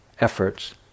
efforts